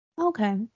Okay